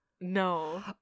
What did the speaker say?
No